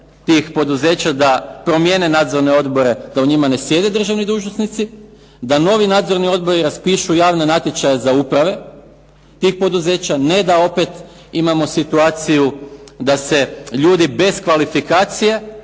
tih poduzeća da promijene nadzorne odbore da u njima ne sjede državni dužnosnici, da novi nadzorni odbori raspišu javne natječaje za uprave tih poduzeća ne da opet imamo situaciju da se ljudi bez kvalifikacije